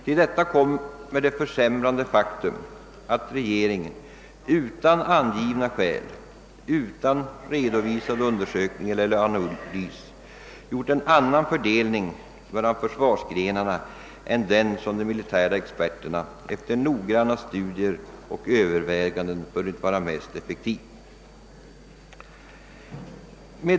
Härtill kommer det försämrande faktum att regeringen — utan angivna skäl, utan redovisad undersökning eller analys — gjort en annan fördelning mellan försvarsgrenarna än den som de militära experterna efter noggranna studier och överväganden funnit vara mest effektiv.